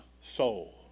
soul